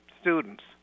students